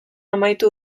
amaitu